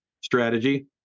strategy